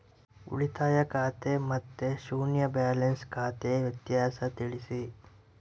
ಉಳಿತಾಯ ಖಾತೆ ಮತ್ತೆ ಶೂನ್ಯ ಬ್ಯಾಲೆನ್ಸ್ ಖಾತೆ ವ್ಯತ್ಯಾಸ ತಿಳಿಸಿ?